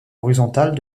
horizontal